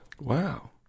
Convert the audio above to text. Wow